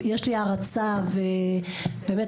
יש לי הערצה ובאמת,